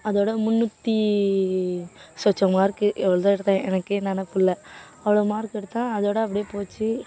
அதோட முன்னூற்றி சொச்சம் மார்க்கு எவ்வளுதோ எடுத்தேன் எனக்கு நெனைப்பு இல்லை அவ்வளோ மார்க் எடுத்தேன் அதோடு அப்படியே போச்சு